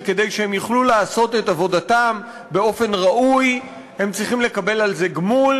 שכדי שהם יוכלו לעשות את עבודתם באופן ראוי הם צריכים לקבל על זה גמול,